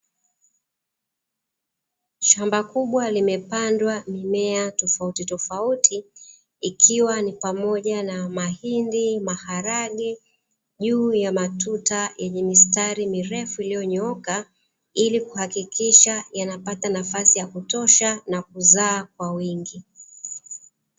Shamba kubwa limepandwa mimea tofautitofauti, ikiwa ni pamoja na mahindi, maharage, juu ya matuta yenye mistari mirefu iliyonyooka, ili kuhakikisha yanapata nafasi ya kutosha, na kuzaa kwa wingi.